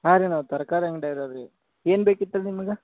ಹಾಂ ರೀ ನಾವು ತರಕಾರಿ ಅಂಗ್ಡಿಯವ್ರೇ ರೀ ಏನು ಬೇಕಿತ್ರಿ ನಿಮಗೆ